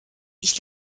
ich